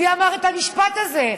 מי אמר את המשפט הזה?